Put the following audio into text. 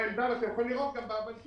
זו העמדה, ואתם יכולים לראות גם בנתונים.